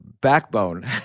backbone